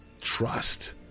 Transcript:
trust